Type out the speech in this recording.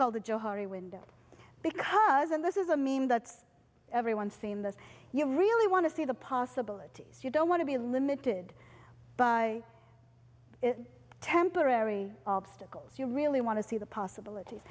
called the joe hardy window because and this is a meme that's everyone's seen this you really want to see the possibilities you don't want to be limited by temporary obstacles you really want to see the possibilities